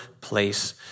place